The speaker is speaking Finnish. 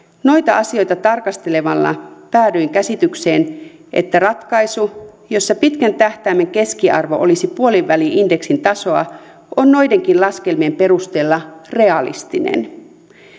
noita asioita tarkastelemalla päädyin käsitykseen että ratkaisu jossa pitkän tähtäimen keskiarvo olisi puoliväli indeksin tasoa on noidenkin laskelmien perusteella realistinen